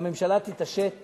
שהממשלה תתעשת